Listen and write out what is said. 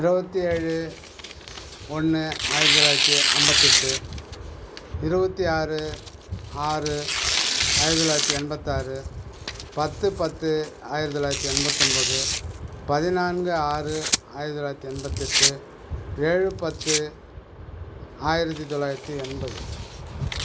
இருவத்தியேழு ஒன்று ஆயிரத்து தொள்ளாயிரத்து ஐம்பத்தெட்டு இருவத்தியாறு ஆறு ஆயிரத்து தொள்ளாயிரத்து எண்பத்தாறு பத்து பத்து ஆயிரத்து தொள்ளாயிரத்து எண்பத்து ஒன்பது பதினான்கு ஆறு ஆயிரத்து தொள்ளாயிரத்து எண்பத்தெட்டு ஏழு பத்து ஆயிரத்து தொள்ளாயிரத்து எண்பது